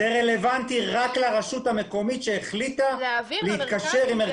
זה רלוונטי רק לרשות המקומית שהחליטה להתקשר.